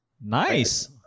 Nice